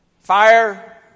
fire